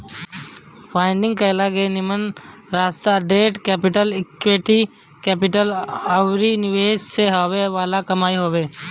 funding कईला के निमन रास्ता डेट कैपिटल, इक्विटी कैपिटल अउरी निवेश से हॉवे वाला कमाई हवे